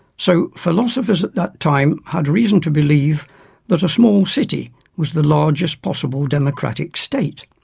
so philosophers at that time had reason to believe that a small city was the largest possible democratic state.